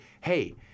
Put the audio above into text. hey